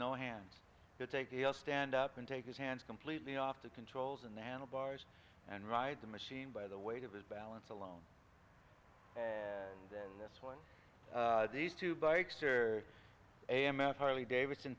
no hands to take the stand up and take his hands completely off the controls and the handlebars and ride the machine by the weight of his balance alone then this one these two bikes are a m f harley davidson